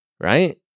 Right